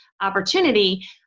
opportunity